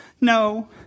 no